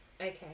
okay